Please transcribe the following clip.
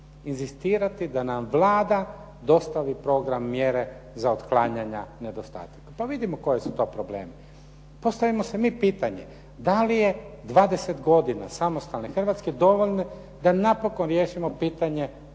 da nam Vlada dostavi program mjere za otklanjanja nedostataka. Pa vidimo koji su to problemi. Postavimo si mi pitanje da li je 20 godina samostalne Hrvatske dovoljno da napokon riješimo pitanje